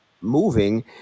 moving